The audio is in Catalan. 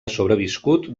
sobreviscut